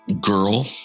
girl